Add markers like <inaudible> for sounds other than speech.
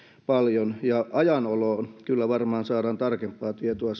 paljon ja ajan oloon kyllä varmaan saadaan tarkempaa tietoa <unintelligible>